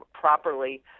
properly